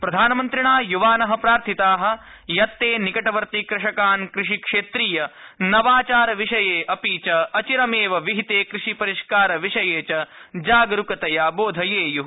प्रधानमन्त्रिणा युवान प्रार्थिता यत् ते निकटवर्ति कृषकान् कृषीक्षेत्रीय नवाचार विषये अपि च अचिरमेव विहिते कृषि परिष्कार विषये च जागरूकतया बोधयेयू इति